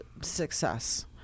success